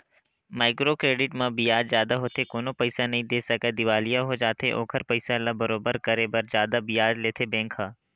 micro credit म बियाज जादा होथे कोनो पइसा नइ दे सकय दिवालिया हो जाथे ओखर पइसा ल बरोबर करे बर जादा बियाज लेथे बेंक ह